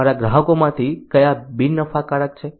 અમારા ગ્રાહકોમાંથી કયા બિન નફાકારક છે